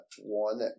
one